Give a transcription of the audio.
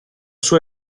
sua